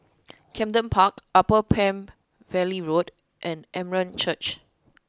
Camden Park Upper Palm Valley Road and Armenian Church